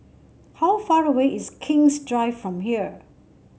how far away is King's Drive from here